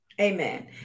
Amen